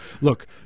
Look